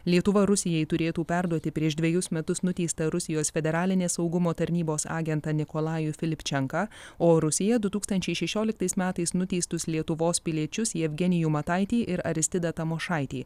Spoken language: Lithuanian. lietuva rusijai turėtų perduoti prieš dvejus metus nuteistą rusijos federalinės saugumo tarnybos agentą nikolajų filipčenką o rusiją du tūkstančiai šešioliktais metais nuteistus lietuvos piliečius jevgenijų mataitį ir aristidą tamošaitį